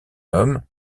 homme